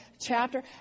chapter